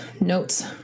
notes